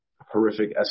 horrific